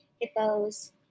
hippos